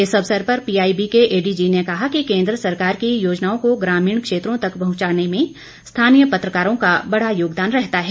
इस अवसर पर पीआईबी के एडीजी ने कहा कि केन्द्र सरकार की योजनाओं को ग्रामीण क्षेत्रों तक पहुंचाने में स्थानीय पत्रकारों का बड़ा योगदान रहता है